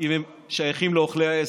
אם הם שייכים לאוכלי העשב,